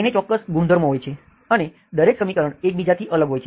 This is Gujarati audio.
તેને ચોક્કસ ગુણધર્મો હોય છે અને દરેક સમીકરણ એકબીજાથી અલગ હોય છે